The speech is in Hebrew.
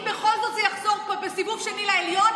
אם בכל זאת זה יחזור פה בסיבוב שני לעליון,